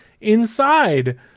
inside